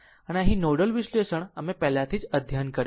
તેથી અહીં નોડલ વિશ્લેષણ અમે પહેલાથી જ અધ્યયન કર્યું છે